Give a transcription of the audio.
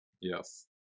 Yes